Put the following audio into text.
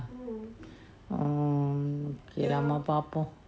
mmhmm okay lah பாப்போம்:paapom